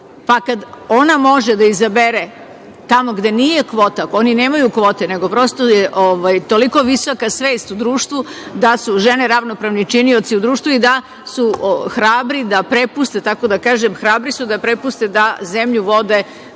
Pa kad ona može da izabere tamo gde nije kvota, oni nemaju kvote nego je, prosto, toliko visoka svest u društvu, da su žene ravnopravni činioci u društvu i da su hrabri da prepuste, da tako kažem, da zemlju vode